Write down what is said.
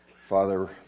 Father